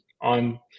on